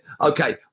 okay